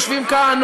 יושבים כאן,